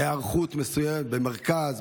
היערכות מסוימת במרכז,